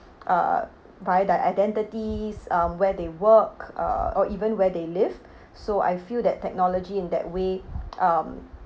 uh by their identities um where they work uh or even where they live so I feel that technology in that way um